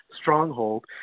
stronghold